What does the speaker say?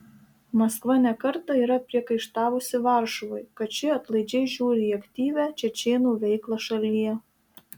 maskva ne kartą yra priekaištavusi varšuvai kad ši atlaidžiai žiūri į aktyvią čečėnų veiklą šalyje